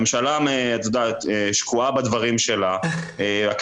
הממשלה שקועה בדברים האלה,